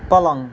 पलङ